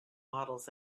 models